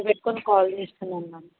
గుర్తు పెట్టుకొని కాల్ చేస్తున్నాను మ్యామ్